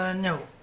ah no.